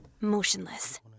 motionless